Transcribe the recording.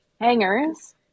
hangers